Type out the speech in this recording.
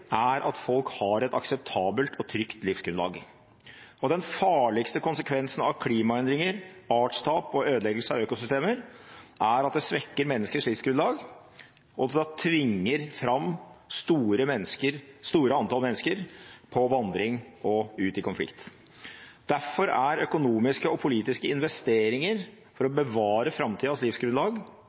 er at folk har et akseptabelt og trygt livsgrunnlag. Den farligste konsekvensen av klimaendringer, artstap og ødeleggelser av økosystemer er at det svekker menneskers livsgrunnlag og tvinger fram et stort antall mennesker på vandring og ut i konflikt. Derfor er økonomiske og politiske investeringer for å bevare framtidas livsgrunnlag